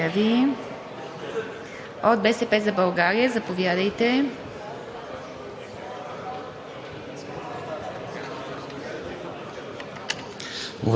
Благодаря Ви. От „БСП за България“ – заповядайте.